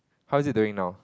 how is it doing now